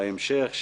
בהמשך.